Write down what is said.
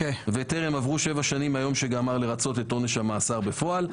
וטרם עברו שבע שנים מהיום שגמר לרצות את עונש המאסר בפועל.